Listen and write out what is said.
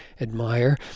admire